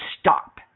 stop